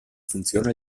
funziona